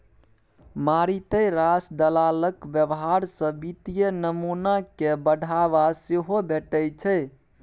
मारिते रास दलालक व्यवहार सँ वित्तीय नमूना कए बढ़ावा सेहो भेटै छै